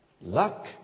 luck